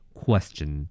question